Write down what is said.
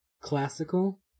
classical